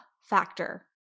factor